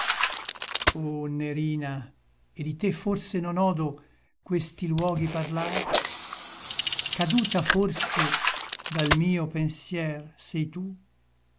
o nerina e di te forse non odo questi luoghi parlar caduta forse dal mio pensier sei tu